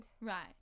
right